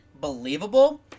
believable